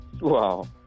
Wow